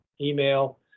email